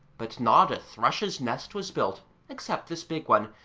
but not a thrush's nest was built except this big one,